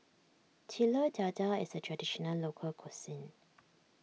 Telur Dadah is a Traditional Local Cuisine